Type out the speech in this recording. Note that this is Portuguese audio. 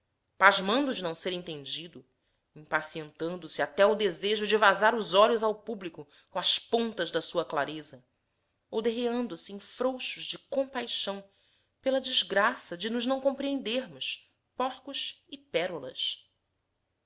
pasmando de não ser entendido impacientando se até ao desejo de vazar os olhos ao público com as pontas da sua clareza ou derreando se em frouxos de compaixão pela desgraça de nos não compreendermos porcos e pérolas